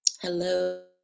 Hello